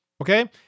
Okay